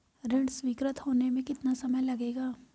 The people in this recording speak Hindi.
ऋण स्वीकृत होने में कितना समय लगेगा?